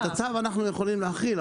את הצו אנחנו יכולים להחיל,